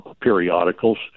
periodicals